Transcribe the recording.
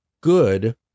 good